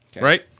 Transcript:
Right